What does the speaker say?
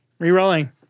Rerolling